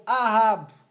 Ahab